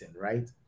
right